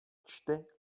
čte